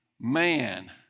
man